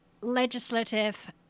legislative